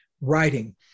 writing